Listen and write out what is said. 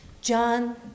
John